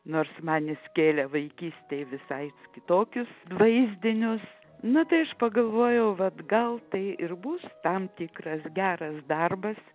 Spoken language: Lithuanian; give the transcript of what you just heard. nors man jis kėlė vaikystėj visai kitokius vaizdinius na tai aš pagalvojau vat gal tai ir bus tam tikras geras darbas